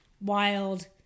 wild